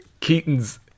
Keaton's